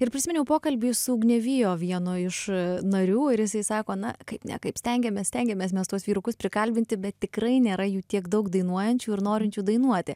ir prisiminiau pokalbį su uniavijo vienu iš narių ir jisai sako na kaip ne kaip stengiamės stengiamės mes tuos vyrukus prikalbinti bet tikrai nėra jų tiek daug dainuojančių ir norinčių dainuoti